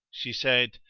she said,